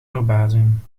verbazing